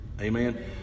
Amen